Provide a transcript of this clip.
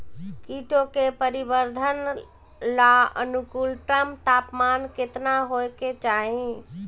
कीटो के परिवरर्धन ला अनुकूलतम तापमान केतना होए के चाही?